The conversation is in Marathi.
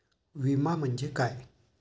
विमा म्हणजे काय?